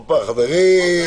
הופה, חברים.